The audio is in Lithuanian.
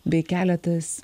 bei keletas